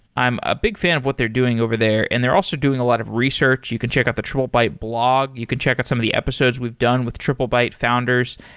i'm a big fan of what they're doing over there and they're also doing a lot of research. you can check out the triplebyte blog. you can check out some of the episodes we've done with triplebyte founders.